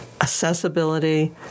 accessibility